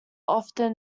often